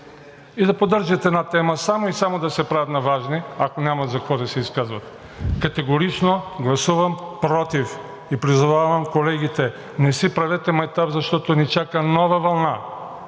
и да поддържат една тема, само и само да се правят на важни, ако нямат за какво да се изказват. Категорично гласувам против и призовавам колегите: не си правете майтап, защото ни чака нова вълна!